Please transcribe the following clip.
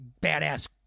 badass